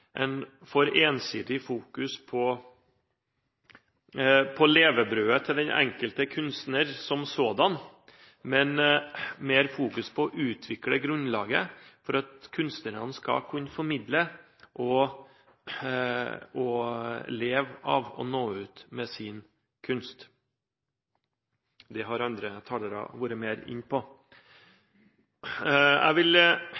en for ensidig fokusering på levebrødet til den enkelte kunstner som sådan, men mer fokusering på å utvikle grunnlaget for at kunstnerne skal kunne formidle og leve av å nå ut med sin kunst. Det har andre talere vært mer inne på. Jeg vil